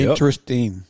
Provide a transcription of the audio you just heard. Interesting